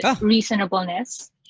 reasonableness